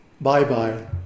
Bye-bye